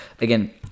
again